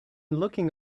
looking